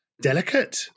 delicate